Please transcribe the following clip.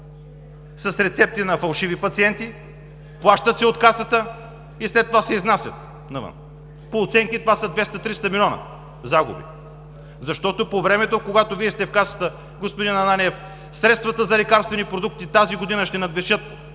с рецепти на фалшиви пациенти, плащат се от Касата и след това се изнасят навън? По оценки това са 200 – 300 милиона загуби. По времето, когато Вие сте в Касата, господин Ананиев, средствата за лекарствени продукти тази година ще надвишат